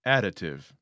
Additive